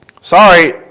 Sorry